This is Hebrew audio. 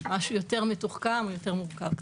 משהו יותר מתוחכם או קצת יותר מורכב.